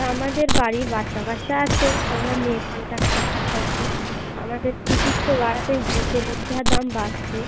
আমাদের বাড়ির বাচ্চা কাচ্ছা আছে আমরা মেয়ে কন্ডাকটর এখন আমাদের টিকিট তো বাড়াতেই হবে তেলের যা দাম বাড়ছে